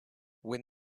when